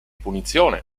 punizione